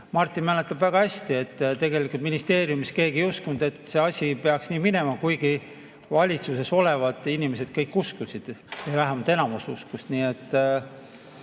Martin mäletab väga hästi, et tegelikult ministeeriumis keegi ei uskunud, et see asi peaks nii minema, kuigi valitsuses olevad inimesed kõik uskusid või vähemalt enamik uskus.